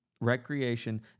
recreation